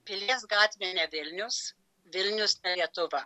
pilies gatvė ne vilnius vilnius ne lietuva